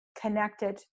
connected